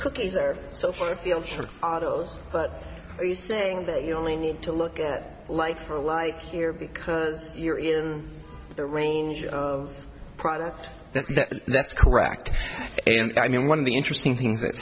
are so far afield from autos but are you saying that you only need to look at like for like here because you're in the range of product that's correct and i mean one of the interesting things that's